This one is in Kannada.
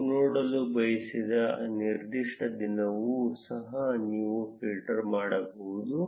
ನೀವು ನೋಡಲು ಬಯಸದ ನಿರ್ದಿಷ್ಟ ದಿನವನ್ನು ಸಹ ನೀವು ಫಿಲ್ಟರ್ ಮಾಡಬಹುದು